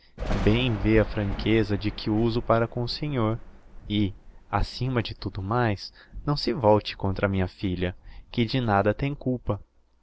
bem vê a franqueza de que uso para com o senhor e acima de tudo mais não se volte contra minha filha que de nada tem culpa